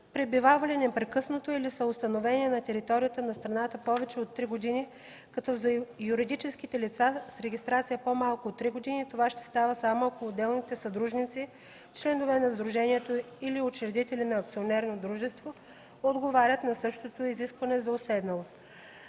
пребивавали непрекъснато или са установени на територията на страната повече от три години, като за юридическите лица с регистрация по-малко от три години това ще става само ако отделните съдружници, членове на сдружението или учредители на акционерно дружество, отговарят на същото изискване за уседналост.